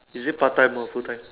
is it part time or full time